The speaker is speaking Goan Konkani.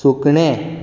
सुकणें